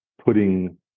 putting